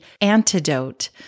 antidote